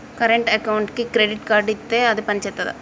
Current అకౌంట్కి credit card ఇత్తే అది పని చేత్తదా?